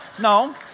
No